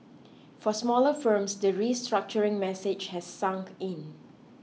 for smaller firms the restructuring message has sunk in